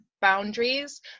boundaries